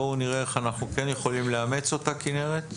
בואו נראה איך אנחנו כן יכולים לאמץ אותה, כנרת.